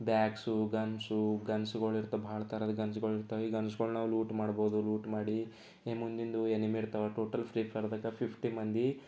bags guns ಗನ್ಸುಗಳು ಇರ್ತವೆ ಭಾಳ ಥರದ ಗನ್ಸ್ಗಳು ಇರ್ತವೆ ಈ ಗನ್ಸ್ಗಳು ನಾವು ಲೂಟಿ ಮಾಡ್ಬೋದು ಲೂಟಿ ಮಾಡಿ ಮುಂದಿಂದು ಎನಿಮಿ ಇರ್ತವೆ ಟೋಟಲ್ ಫ್ರೀ ಫೈರ್ದಾಗೆ ಫಿಫ್ಟಿ ಮಂದಿ